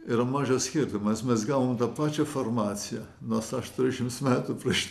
yra mažas skirtumas mes gavom tą pačią formaciją nors aš trisdešimt metų prieš šitą